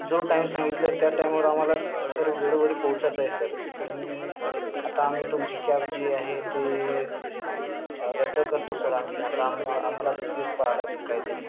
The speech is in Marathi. जो टाइम सांगितलं त्या टाईमवर आमाला सर वेळेवर पोहोचायच सर आणि आता आम्ही तुमची कॅब जी आहे ते रद्द करतो सर आम्ही आता आम्ही आम्हाला दुसरीच पहाव लागेल काय तरी